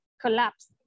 collapsed